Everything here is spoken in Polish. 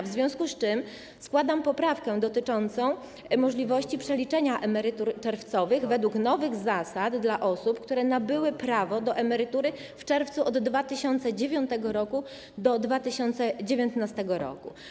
W związku z czym składam poprawkę dotyczącą możliwości przeliczenia emerytur czerwcowych według nowych zasad dla osób, które nabyły prawo do emerytury w czerwcu od 2009 r. do 2019 r.